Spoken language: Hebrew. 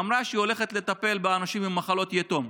אמרה שהיא הולכת לטפל באנשים עם מחלות יתום,